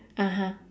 (uh huh)